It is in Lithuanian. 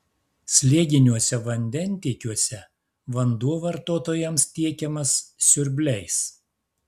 slėginiuose vandentiekiuose vanduo vartotojams tiekiamas siurbliais